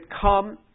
come